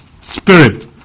Spirit